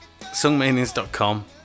sungmeanings.com